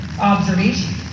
observation